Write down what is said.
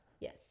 Yes